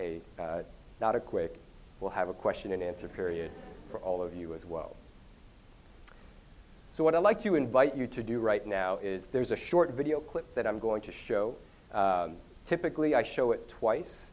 a not a quick we'll have a question and answer period for all of you as well so what i'd like to invite you to do right now is there's a short video clip that i'm going to show typically i show it twice